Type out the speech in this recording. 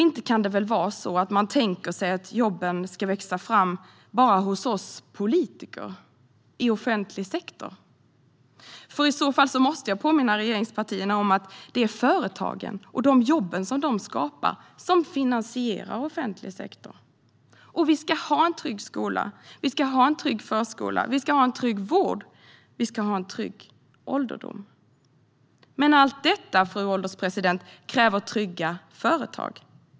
Inte kan det väl vara så att man tänker sig att jobben ska växa fram bara hos oss politiker, i offentlig sektor? I så fall måste jag nämligen påminna regeringspartierna om att det är företagen och de jobb de skapar som finansierar offentlig sektor. Vi ska ha en trygg skola. Vi ska ha en trygg förskola. Vi ska ha en trygg vård, och vi ska ha en trygg ålderdom. Men allt detta, fru ålderspresident, kräver trygga företag.